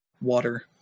water